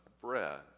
bread